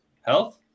health